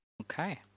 Okay